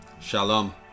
Shalom